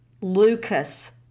Lucas